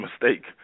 mistake